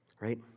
Right